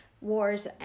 wars